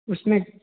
उस में